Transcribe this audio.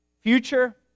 future